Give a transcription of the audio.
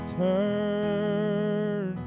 turn